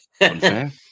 unfair